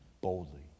boldly